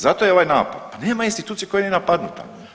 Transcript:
Zato je ovaj napad, pa nema institucije koja nije napadnuta.